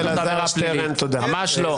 ממש לא.